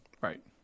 Right